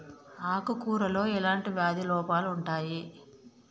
ఆకు కూరలో ఎలాంటి వ్యాధి లోపాలు ఉంటాయి?